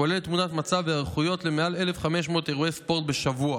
כולל תמונת מצב והיערכויות למעל 1,500 אירועי ספורט בשבוע,